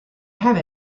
have